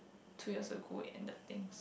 two years ago we ended things